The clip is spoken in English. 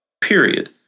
period